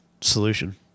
solution